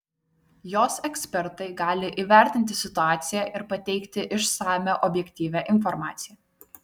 jos ekspertai gali įvertinti situaciją ir pateikti išsamią objektyvią informaciją